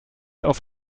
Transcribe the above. auf